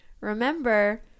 Remember